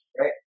right